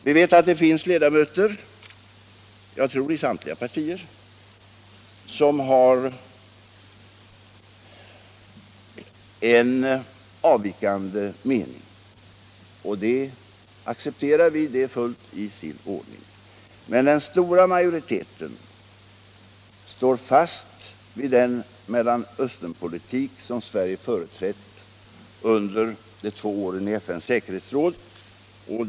Vi vet att det finns ledamöter — jag tror i samtliga partier — som har en avvikande mening, och det acceptar vi; detta är fullt i sin ordning. Men den stora majoriteten står fast vid den Mellersta Östern-politik som Sverige företrätt under de två åren i FN:s säkerhetsråd.